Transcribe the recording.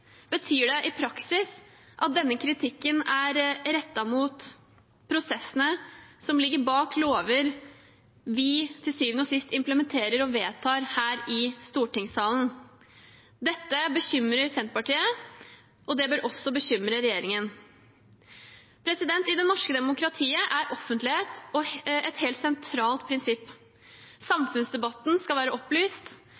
betyr det i praksis at denne kritikken er rettet mot prosessene som ligger bak lover vi til syvende og sist implementerer og vedtar her i stortingssalen. Dette bekymrer Senterpartiet, og det bør også bekymre regjeringen. I det norske demokratiet er offentlighet et helt sentralt prinsipp.